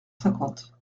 cinquante